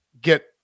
get –